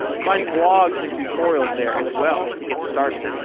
find blogs and tutorials there as well to get started.